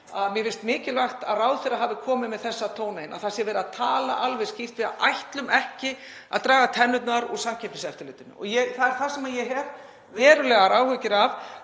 að mér finnst mikilvægt að ráðherra hafi komið með þessa tóna inn, að það sé verið að tala alveg skýrt. Við ætlum ekki að draga tennurnar úr Samkeppniseftirlitinu. Það sem ég hef verulegar áhyggjur af